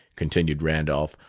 continued randolph,